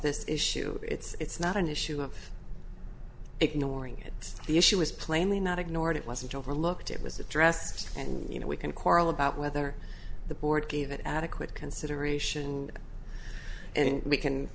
this issue it's not an issue of ignoring it the issue was plainly not ignored it wasn't overlooked it was addressed and you know we can quarrel about whether the board gave it adequate consideration and we can